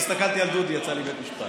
הסתכלתי על דודי, יצא לי "בית משפט".